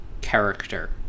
character